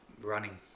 running